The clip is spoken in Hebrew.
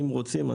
אם רוצים,